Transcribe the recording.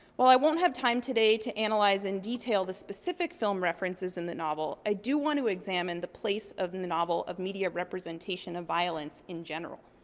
while i won't have time today to analyze in detail the specific film references in the novel, i do want to examine the place in the novel of media representation of violence in general.